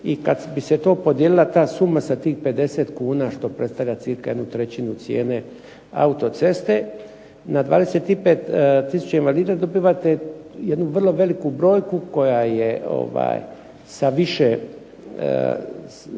i kad bi se to podijelila ta suma sa tih 50 kn što predstavlja cirka jednu trećinu cijene autoceste na 25000 invalida dobivate jednu vrlo veliku brojku koja je sa više desetaka